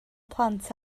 plant